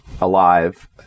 Alive